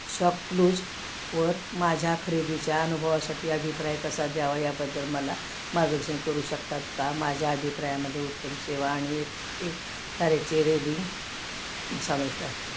शॉपक्लूजवर माझ्या खरेदीच्या अनुभवासाठी अभिप्राय कसा द्यावा याबद्दल मला मार्गदर्शन करू शकतात का माझ्या अभिप्रायामध्ये उत्तम सेवा आणि एक एक तारेचे रेडिंग समाविष्ट आहे